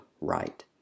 right